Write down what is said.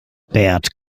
bert